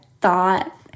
thought